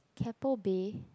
Keppel Bay